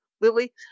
Lily